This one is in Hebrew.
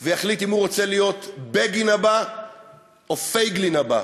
ויחליט אם הוא רוצה להיות בגין הבא או פייגלין הבא,